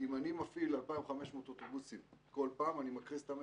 אם אני מפעיל 2,500 אוטובוסים כל פעם אני מקריס את המשק.